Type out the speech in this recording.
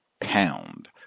pound